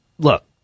Look